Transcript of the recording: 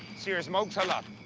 serious smoke salad.